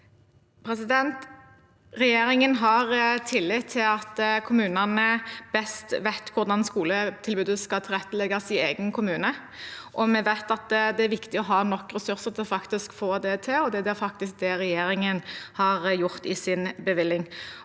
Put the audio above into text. Regjerin- gen har tillit til at kommunene vet best hvordan skoletilbudet skal tilrettelegges i egen kommune. Vi vet at det er viktig å ha nok ressurser til å få det til, og det er det regjeringen har gjort i sin bevilgning.